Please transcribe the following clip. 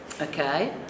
Okay